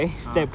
ah